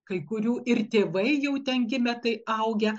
kai kurių ir tėvai jau ten gimę tai augę